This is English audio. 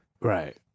right